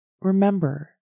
Remember